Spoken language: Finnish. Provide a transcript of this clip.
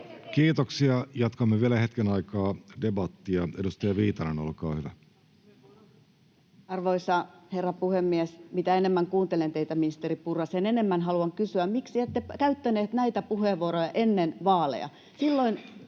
Kiitoksia. — Jatkamme vielä hetken aikaa debattia. — Edustaja Viitanen, olkaa hyvä. Arvoisa herra puhemies! Mitä enemmän kuuntelen teitä, ministeri Purra, sen enemmän haluan kysyä: miksi ette käyttänyt näitä puheenvuoroja ennen vaaleja?